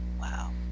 wow